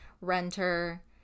renter